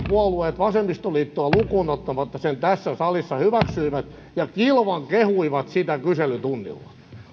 puolueet vasemmistoliittoa lukuun ottamatta sen tässä salissa hyväksyivät ja kilvan kehuivat sitä kyselytunnilla